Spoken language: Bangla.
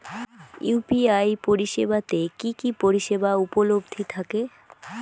ইউ.পি.আই পরিষেবা তে কি কি পরিষেবা উপলব্ধি থাকে?